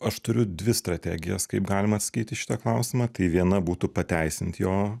aš turiu dvi strategijas kaip galima atsakyti į šitą klausimą tai viena būtų pateisinti jo